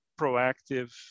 proactive